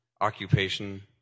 occupation